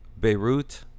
Beirut